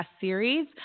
series